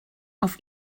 auf